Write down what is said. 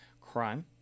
crime